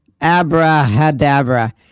abracadabra